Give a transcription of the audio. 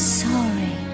sorry